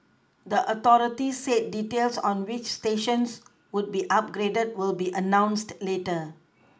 the authority said details on which stations would be upgraded will be announced later